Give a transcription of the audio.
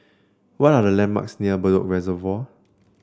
what are the landmarks near Bedok Reservoir